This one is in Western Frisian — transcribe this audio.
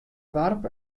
doarp